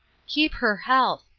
keep her health.